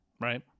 right